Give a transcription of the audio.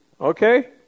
okay